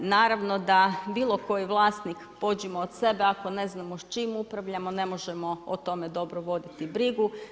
Naravno da bilo koji vlasnik, pođimo od sebe ako ne znamo s čim upravljamo ne možemo o tome dobro voditi brigu.